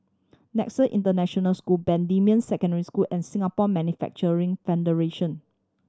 Nexus International School Bendemeer Secondary School and Singapore Manufacturing Federation